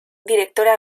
directora